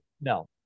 No